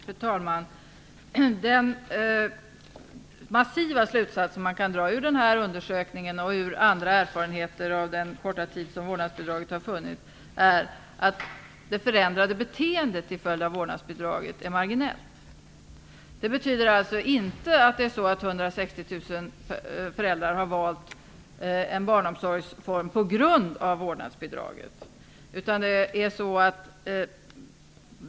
Fru talman! Den massiva slutsats som man kan dra ur den här undersökningen och av andra erfarenheter under den korta tid som vårdnadsbidraget har funnits är att det förändrade beteendet till föld av vårdnadsbidraget är marginellt. Det betyder inte att 160 000 föräldrar har valt en barnomsorgsform på grund av vårdnadsbidraget.